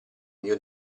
mio